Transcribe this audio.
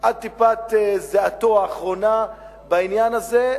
עד טיפת זיעתו האחרונה בעניין הזה,